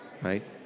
right